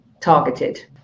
targeted